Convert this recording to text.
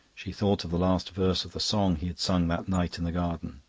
she thought of the last verse of the song he had sung that night in the garden.